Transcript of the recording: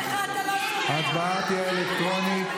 ההצבעה תהיה אלקטרונית.